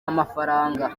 amafaranga